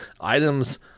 Items